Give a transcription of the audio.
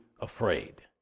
afraid